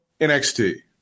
NXT